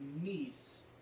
niece